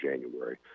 January